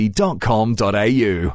au